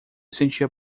sentia